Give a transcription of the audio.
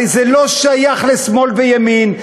הרי זה לא שייך לשמאל וימין,